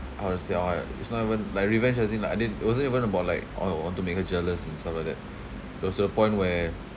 how to say ah it's not even like revenge as in like I did it wasn't even about like orh I want to make her jealous and stuff like that it was to the point where